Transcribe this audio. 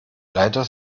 leider